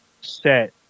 set